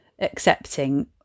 accepting